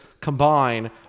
combine